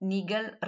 Nigel